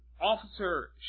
officer